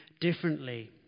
differently